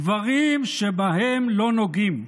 דברים שבהם לא נוגעים".